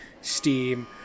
steam